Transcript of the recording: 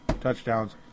touchdowns